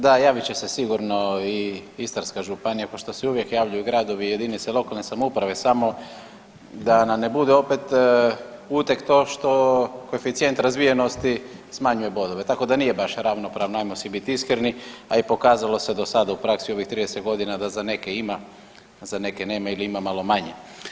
Da, javit će se sigurno i Istarska županija pošto se uvijek javljaju gradovi ili jedinice lokalne samouprave, samo da nam ne bude opet uteg to što koeficijent razvijenost smanjuje bodove, tako da nije baš ravnopravna, ajmo si bit iskreni a i pokazalo se do sad u praksi u ovih 30 godina da za neke ima, za neke nema ili ima malo manje.